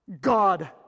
God